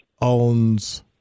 owns